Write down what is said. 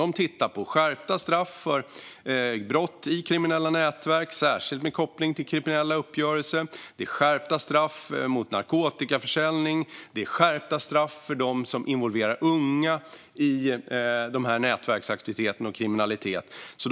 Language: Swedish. Man tittar på skärpta straff för brott i kriminella nätverk, särskilt med koppling till kriminella uppgörelser, och på skärpta straff mot narkotikaförsäljning samt skärpta straff för dem som involverar unga i de här nätverksaktiviteterna och i kriminaliteten.